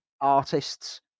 artists